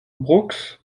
brooks